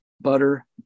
butter